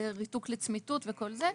ריתוק לצמיתות וכל זה,